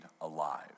alive